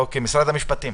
אוקיי, משרד המשפטים,